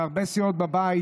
מהרבה סיעות בבית,